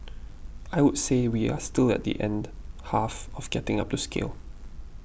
I would say we are still at the end half of getting up to scale